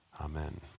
Amen